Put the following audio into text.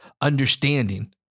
understanding